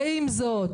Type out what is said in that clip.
עם זאת,